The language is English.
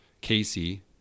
Casey